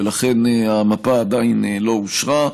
ולכן המפה עדיין לא אושרה.